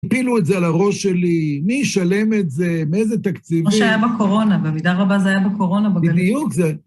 הפילו את זה על הראש שלי, מי ישלם את זה, מאיזה תקציב... כמו שהיה בקורונה, במידה רבה זה היה בקורונה, בגליוק.